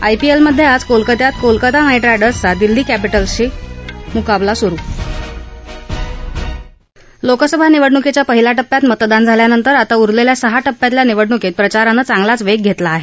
आयपीएलमधे आज कोलकत्यात कोलकता नाईट रा डिर्सचा दिल्ली कप्टिलसशी मुकाबला सुरु लोकसभा निवडणुकीच्या पहिल्या टप्प्यात मतदान झाल्यानंतर आता उरलेल्या सहा टप्प्यातल्या निवडणुकीत प्रचारानं चांगलाच वेग घेतला आहे